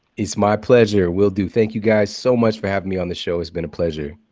it's my pleasure, will do. thank you, guys, so much for having me on this show. it's been a pleasure.